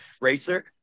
racer